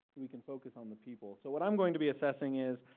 we can focus on the people. so what i'm going to be assessing is,